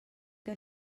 que